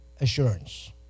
assurance